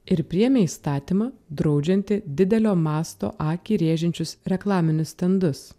ir priėmė įstatymą draudžiantį didelio masto akį rėžiančius reklaminius stendus